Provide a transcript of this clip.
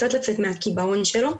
קצת לצאת מהקיבעון שלו,